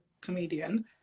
comedian